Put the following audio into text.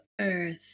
Earth